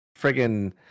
friggin